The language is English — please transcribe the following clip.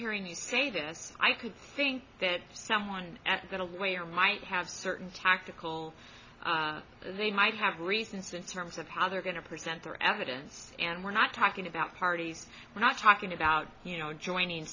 hearing you say this i could think that someone at going away or might have certain tactical they might have reasons of how they're going to present their evidence and we're not talking about parties we're not talking about you know joining